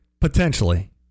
Potentially